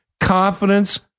Confidence